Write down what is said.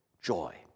joy